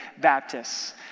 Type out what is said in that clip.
Baptists